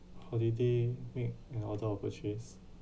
holiday make an order of purchase